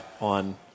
on